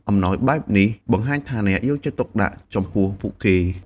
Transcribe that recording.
អំណោយបែបនេះបង្ហាញថាអ្នកយកចិត្តទុកដាក់ចំពោះពួកគេ។